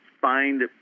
find